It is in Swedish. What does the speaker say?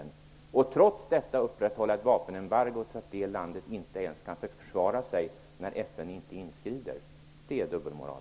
När man trots detta upprätthåller ett vapenembargo så att det landet inte ens kan försvara sig när FN inte inskrider är det verkligen dubbelmoral.